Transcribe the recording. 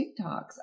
TikToks